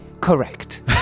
correct